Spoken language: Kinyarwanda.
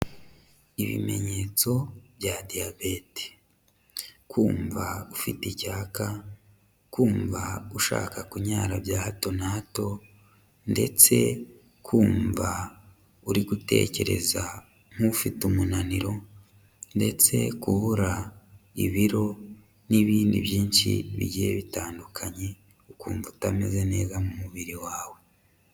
Ibimenyetso bya diyabete; kumva ufite icyaka, kumva ushaka kunyara bya hato na hato ndetse kumva uri gutekereza nk'ufite umunaniro ndetse kubura ibiro n'ibindi byinshi bigiye bitandukanye ukumva utameze neza mu mubiri wawe.